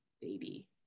baby